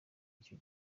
icyo